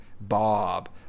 Bob